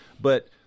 But-